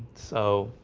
so,